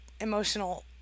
emotional